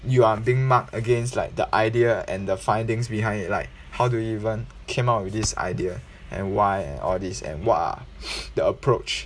you are being marked against like the idea and the findings behind it like how do you even came up with this idea and why and all these and what are the approach